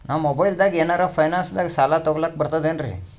ನಾ ಮೊಬೈಲ್ದಾಗೆ ಏನರ ಫೈನಾನ್ಸದಾಗ ಸಾಲ ತೊಗೊಲಕ ಬರ್ತದೇನ್ರಿ?